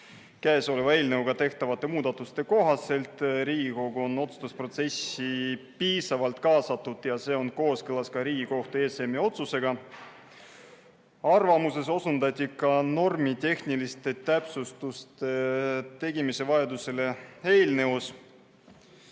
käesoleva eelnõuga tehtavate muudatuste kohaselt. Riigikogu on otsustusprotsessi piisavalt kaasatud ja see on kooskõlas ka Riigikohtu ESM-i otsusega. Arvamuses osutati ka normitehniliste täpsustuste tegemise vajadusele eelnõus.